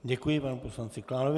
Děkuji panu poslanci Klánovi.